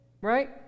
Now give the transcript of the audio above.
right